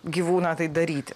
gyvūną tai daryti